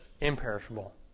imperishable